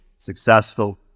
successful